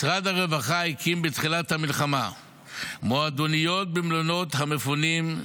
משרד הרווחה הקים בתחילת המלחמה מועדוניות במלונות המפונים,